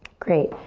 great.